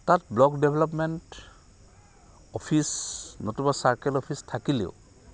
তাত block development office নতুবা circle office থাকিলেও